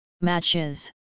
Matches